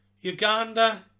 Uganda